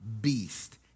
beast